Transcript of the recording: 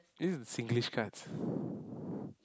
this is the Singlish cards